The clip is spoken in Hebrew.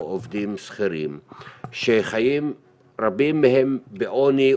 עובדים שכירים שרבים מהם חיים בעוני,